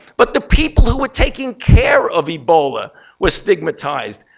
but the people who were taking care of ebola were stigmatized.